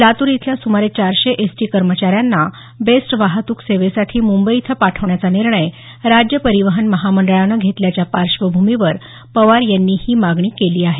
लातूर इथल्या सुमारे चारशे एसटी कर्मचाऱ्यांना बेस्ट वाहतूक सेवेसाठी मुंबई इथं पाठवण्याचा निर्णय राज्य परिवहन महामंडळानं घेतल्याच्या पार्श्वभूमीवर पवार यांनी ही मागणी केली आहे